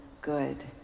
good